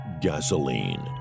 Gasoline